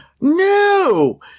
No